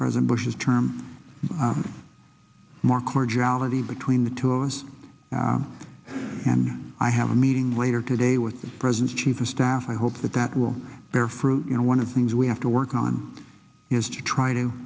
president bush's term markhor geology between the two of us and i have a meeting later today with the president's chief of staff i hope that that will bear fruit you know one of things we have to work on is to try to